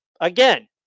again